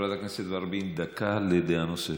חברת הכנסת ורבין, דקה לדעה נוספת.